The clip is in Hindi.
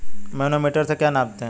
मैनोमीटर से क्या नापते हैं?